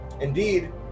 indeed